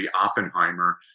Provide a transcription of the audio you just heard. Oppenheimer